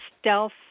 stealth